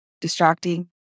distracting